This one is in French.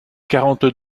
quarante